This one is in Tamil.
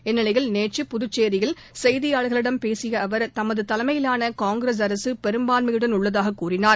இந்நிலையில் நேற்று புதுச்சேரியில் செய்தியாளர்களிடம் பேசிய அவர் தமது தலைமையிலான காங்கிரஸ் அரசு பெரும்பான்மையுடன் உள்ளதாக கூறினார்